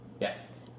Yes